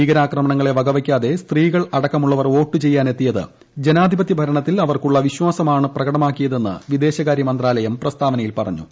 ഭീകരാക്രമണങ്ങളെ വകവെയ്ക്കാതെ സ്ത്രീകൾ അടക്കമുള്ളവർ വോട്ട് ചെയ്യാനെത്തിയത് ജനാധിപതൃഭരണത്തിൽ അവർക്കുള്ള വിശ്വാസമാണ് പ്രകടമാക്കിയതെന്ന് വിദേശകാര്യ മന്ത്രാലയം പ്രസ്താവനയിൽ പറഞ്ഞു